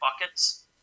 buckets